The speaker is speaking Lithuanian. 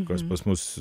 kas pas mus